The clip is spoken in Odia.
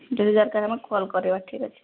ଯଦି ଦରକାର ଆମକୁ କଲ୍ କରିବ ଠିକ୍ ଅଛି